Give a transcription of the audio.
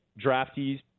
draftees